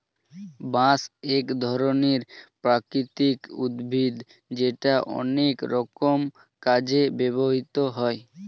বাঁশ এক ধরনের প্রাকৃতিক উদ্ভিদ যেটা অনেক রকম কাজে ব্যবহৃত হয়